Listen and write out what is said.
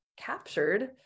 captured